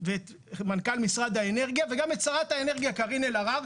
ואת מנכ"ל משרד האנרגיה וגם את שרת האנרגיה קארין אלהרר,